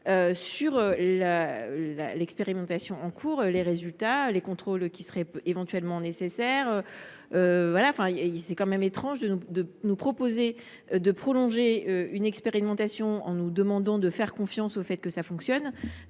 sur l’expérimentation en cours, ses résultats et les contrôles qui seraient éventuellement nécessaires ! Il est pour le moins étrange de nous proposer de prolonger une expérimentation en nous demandant de faire confiance à son fonctionnement,